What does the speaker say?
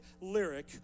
lyric